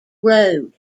road